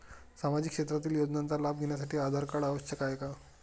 सामाजिक क्षेत्रातील योजनांचा लाभ घेण्यासाठी आधार कार्ड आवश्यक आहे का?